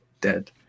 dead